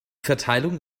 verteilung